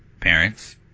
parents